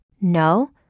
No